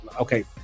Okay